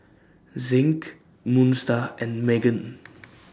Zinc Moon STAR and Megan